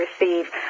receive